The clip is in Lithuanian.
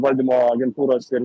valdymo agentūros ir